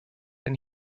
and